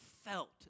felt